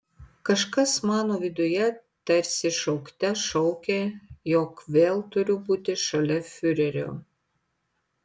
kažkas mano viduje tarsi šaukte šaukė jog vėl turiu būti šalia fiurerio